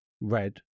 red